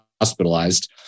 hospitalized